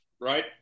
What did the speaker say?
Right